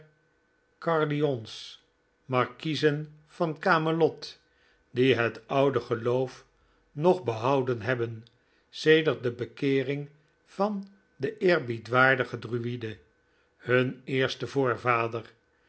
der caerlyons markiezen van camelot die het oude geloof nog behouden hebben sedert de bekeering van den eerbiedwaardigen druide hun eersten voorvader